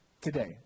today